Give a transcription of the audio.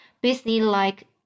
business-like